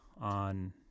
on